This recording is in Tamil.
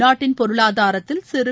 நாட்டின் பொருளாதாரத்தில் சிறு